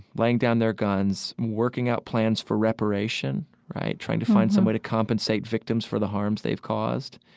laying down their guns, working out plans for reparation, right, trying to find some way to compensate victims for the harms they've caused,